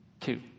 two